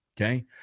okay